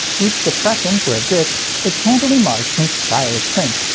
each depression for a disc is handily marked in stylish print.